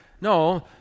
No